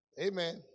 Amen